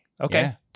Okay